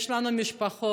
יש לנו משפחות.